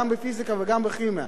גם בפיזיקה וגם בכימיה.